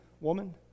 woman